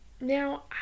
now